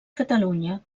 catalunya